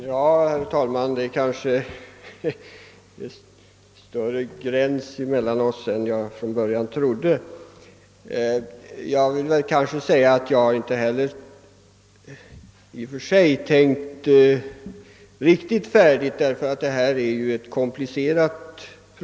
Herr talman! Det är kanske större skillnader i uppfattning mellan försvarsministern och mig än jag från början trodde. :.: Jag vill emellertid säga att jag inte tänkt riktigt färdigt i denna fråga — problemet är ju komplicerat.